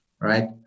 Right